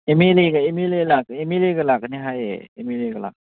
M L A ꯂꯥꯛꯀꯅꯤ ꯍꯥꯏꯌꯦ M L A lakh